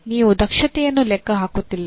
ನೀವು ದಕ್ಷತೆಯನ್ನು ಲೆಕ್ಕ ಹಾಕುತ್ತಿಲ್ಲ